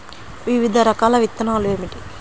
వివిధ రకాల విత్తనాలు ఏమిటి?